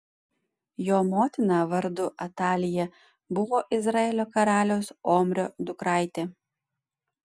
jo motina vardu atalija buvo izraelio karaliaus omrio dukraitė